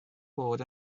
bod